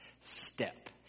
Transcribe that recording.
step